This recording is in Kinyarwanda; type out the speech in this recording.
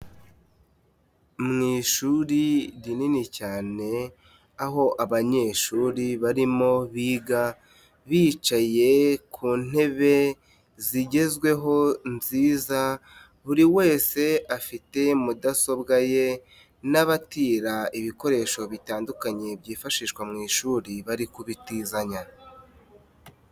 Mu ishuri rinini cyane, aho abanyeshuri barimo biga, bicaye ku ntebe zigezweho nziza, buri wese afite mudasobwa ye n'abatera ibikoresho bitandukanye byifashishwa mu ishuri, bari kubitizanya.